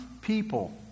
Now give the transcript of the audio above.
people